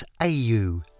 AU